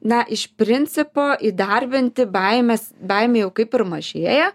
na iš principo įdarbinti baimes baimė jau kaip ir mažėja